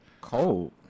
Cold